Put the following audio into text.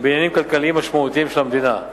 בעניינים כלכליים משמעותיים של המדינה.